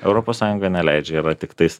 europos sąjunga neleidžia yra tiktais